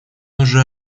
уже